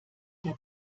der